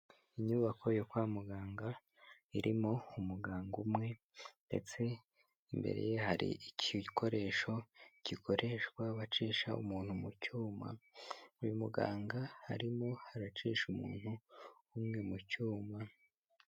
Inyubako yo kwa muganga irimo umuganga umwe ndetse imbere ye hari igikoresho gikoreshwa bacisha umuntu mu cyuma, uyu muganga harimo haracisha umuntu umwe mu cyuma.